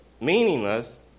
meaningless